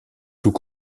tout